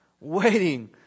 waiting